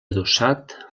adossat